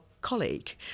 colleague